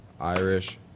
Irish